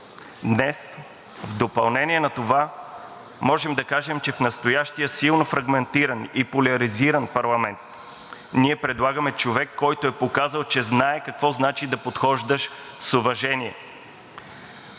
Днес в допълнение на това можем да кажем, че в настоящия силно фрагментиран и поляризиран парламент ние предлагаме човек, който е показал, че знае какво значи да подхождаш с уважение